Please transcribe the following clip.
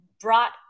brought